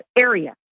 area